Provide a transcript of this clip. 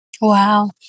Wow